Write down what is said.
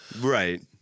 Right